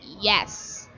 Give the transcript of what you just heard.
Yes